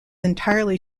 entirely